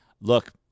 Look